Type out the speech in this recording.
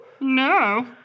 No